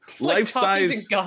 life-size